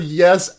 yes